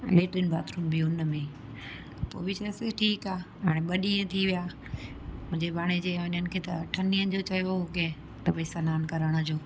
latrine bathroom बि उन में ई पोइ बि चयोसीं ठीकु आहे हाणे ॿ ॾींहं थी विया मुंहिंजे भाणेजे हुननि खे त अठनि ॾींहनि जो चयो हुओ की त भई सनान करण जो